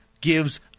gives